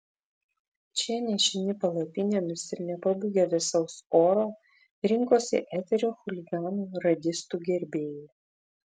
čia nešini palapinėmis ir nepabūgę vėsaus oro rinkosi eterio chuliganų radistų gerbėjai